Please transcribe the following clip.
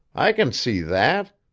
i can see that!